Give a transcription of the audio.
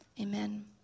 Amen